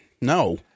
No